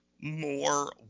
more